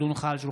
הצעת